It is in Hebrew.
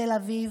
מתל אביב,